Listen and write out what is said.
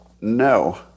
no